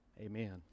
Amen